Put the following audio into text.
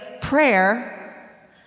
prayer